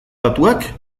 datuak